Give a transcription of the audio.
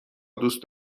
دوست